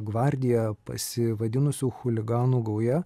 gvardija pasivadinusių chuliganų gauja